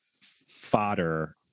fodder